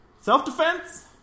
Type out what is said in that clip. Self-defense